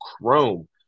Chrome